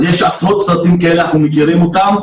אז יש עשרות סרטים כאלה, אנחנו מכירים אותם.